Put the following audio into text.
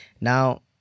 now